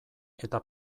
eta